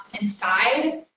inside